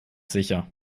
sicher